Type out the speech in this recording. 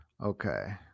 Okay